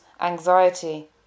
anxiety